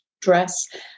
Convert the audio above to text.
dress